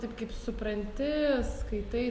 taip kaip supranti skaitai